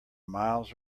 miles